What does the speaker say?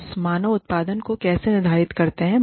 हम मानव उत्पादन को कैसे निर्धारित करते हैं